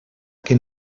que